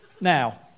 Now